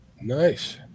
Nice